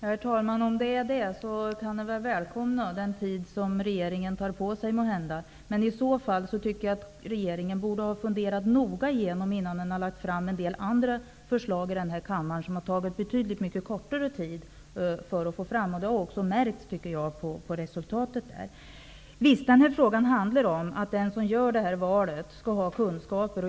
Herr talman! Om det är fråga om detta kan den tid som det tar för regeringen att fatta beslut måhända välkomnas. Men i så fall borde regeringen ha funderat mer noga innan den lagt fram andra förslag i denna kammare som tagit betydligt mycket kortare tid att få fram. Jag tycker att det har märkts på resultatet. Frågan handlar om att den som gör valet skall ha kunskaper.